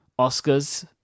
Oscars